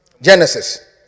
Genesis